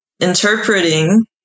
interpreting